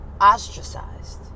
ostracized